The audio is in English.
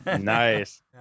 Nice